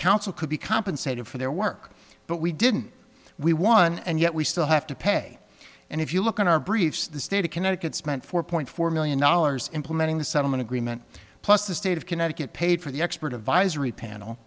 counsel could be compensated for their work but we didn't we won and yet we still have to pay and if you look at our brief the state of connecticut spent four point four million dollars implementing the settlement agreement plus the state of connecticut paid for the expert advisory panel